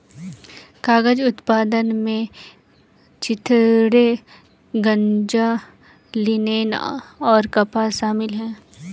कागज उत्पादन में चिथड़े गांजा लिनेन और कपास शामिल है